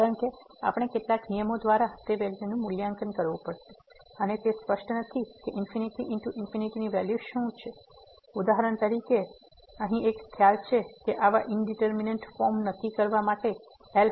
કારણ કે આપણે કેટલાક નિયમો દ્વારા તે વેલ્યુ નું મૂલ્યાંકન કરવું પડશે અને તે સ્પષ્ટ નથી કે ∞×∞ ની વેલ્યુ શું છે ઉદાહરણ તરીકે તેથી અહીં એક ખ્યાલ છે કે આવા ઇંડીટરમીનેટ ફોર્મ નક્કી કરવા માટે એલ